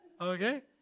Okay